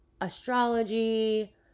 astrology